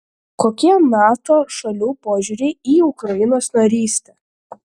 kokie nato šalių požiūriai į ukrainos narystę